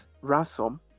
ransom